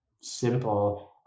simple